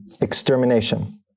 extermination